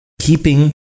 keeping